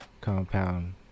compound